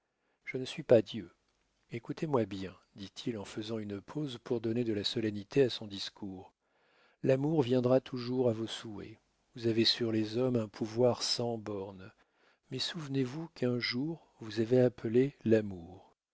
je ne suis pas dieu écoutez-moi bien dit-il en faisant une pause pour donner de la solennité à son discours l'amour viendra toujours à vos souhaits vous avez sur les hommes un pouvoir sans bornes mais souvenez-vous qu'un jour vous avez appelé l'amour